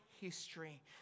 history